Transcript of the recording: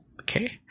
Okay